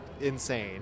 insane